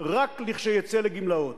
רק לכשיצא לגמלאות.